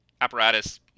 apparatus